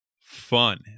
fun